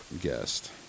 guest